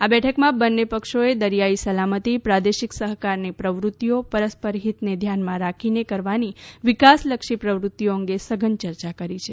આ બેઠકમાં બંને પક્ષોએ દરિયાઈ સલામતી પ્રાદેશિક સહકારની પ્રવૃત્તિઓ પરસ્પર હિતને ધ્યાનમાં રાખીને કરવાની વિકાસલક્ષી પ્રવૃત્તિઓ અંગે સઘન ચર્ચા કરી છે